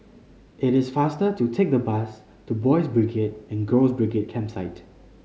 it is faster to take the bus to Boys' Brigade and Girls' Brigade Campsite